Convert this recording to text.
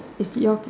is the all